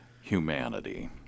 humanity